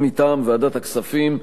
ומטעם ועדת הכספים,